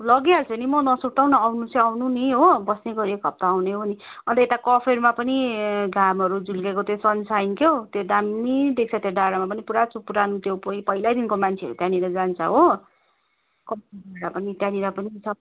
लगिहाल्छु नि म नसुर्ताऊ न आउनु चाहिँ आउनु नि हो बस्ने गरी एक हप्ता आउने हो भने अन्त यता कफेरमा पनि घामहरू झुल्किएको त्यो सन साइन क्या हो त्यो दामी देख्छ त्यहाँ डाँडामा पनि पुरानो पुरानो त्यो पहिल्यैदेखिको मान्छेहरू त्यहाँनिर जान्छ हो त्याँनिर पनि